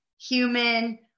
human